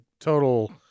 total